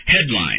Headline